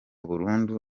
burundu